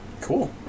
Cool